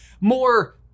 more